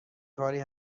کاری